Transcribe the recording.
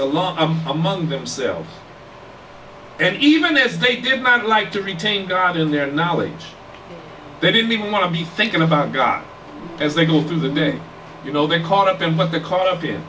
along among themselves and even if they did not like to retain god in their knowledge they didn't even want to be thinking about god as they go through the day you know they caught up and caught up in